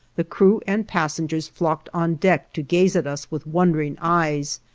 the crew and passengers flocked on deck to gaze at us with wondering eyes,